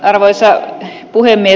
arvoisa puhemies